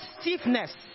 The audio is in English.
stiffness